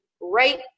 right